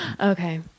Okay